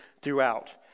throughout